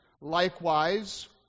Likewise